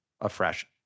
afresh